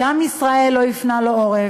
כי עם ישראל לא הפנה לו עורף.